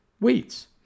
weights